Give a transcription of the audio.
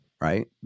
Right